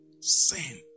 Sin